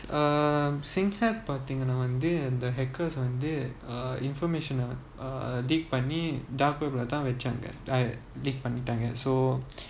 err singhealth வந்துஅந்த:vanthu antha hackers வந்து:vanthu uh information uh uh deep bunny dark web lah தான்வச்சாங்க:thaan vachanga leak பண்ணிட்டாங்க:pannitanga so